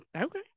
okay